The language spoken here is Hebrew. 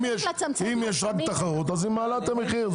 אם יש רק תחרות אז היא מעלה את המחיר.